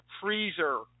freezer